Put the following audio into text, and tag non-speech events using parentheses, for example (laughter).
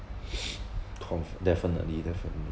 (noise) confi definitely definitely